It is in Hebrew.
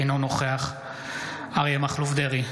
אינו נוכח אריה מכלוף דרעי,